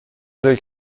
del